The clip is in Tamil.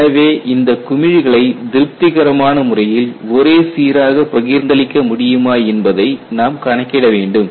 எனவே இந்த குமிழ்களை திருப்திகரமான முறையில் ஒரே சீராக பகிர்ந்தளிக்க முடியுமா என்பதை நாம் கணக்கிட வேண்டும்